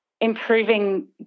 improving